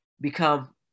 become